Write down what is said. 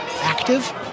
active